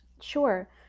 Sure